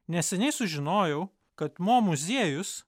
neseniai sužinojau kad mo muziejus